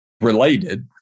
related